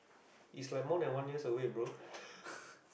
is like more than one years away bro